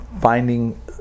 finding